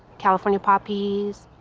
california poppies